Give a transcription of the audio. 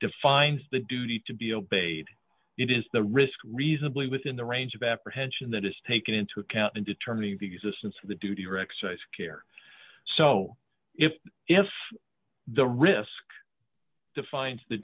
defines the duty to be obeyed it is the risk reasonably within the range of apprehension that is taken into account in determining the existence of the duty or excise care so if if the risk to find the